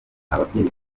ababyeyi